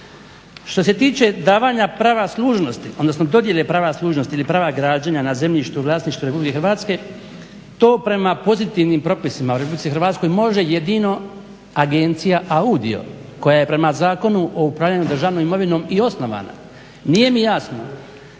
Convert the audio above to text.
Što se tiče davanja prava služnosti, odnosno dodjele prava služnosti ili prava građenja na zemljištu u vlasništvu Republike Hrvatske to prema pozitivnim propisima u Republici Hrvatskoj može jedino agencija AUDIO koja je prema Zakonu o upravljanju državnom imovinom i osnovana. Nije mi jasno